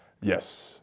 Yes